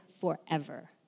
forever